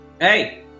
hey